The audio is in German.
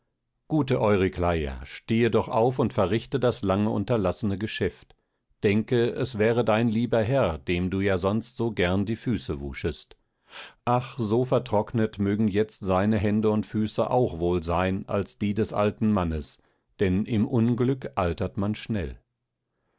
gute eurykleia stehe doch auf und verrichte das lange unterlassene geschäft denke es wäre dein lieber herr dem du ja sonst so gern die füße wuschest ach so vertrocknet mögen jetzt seine hände und füße auch wohl sein als die des alten mannes denn im unglück altert man schnell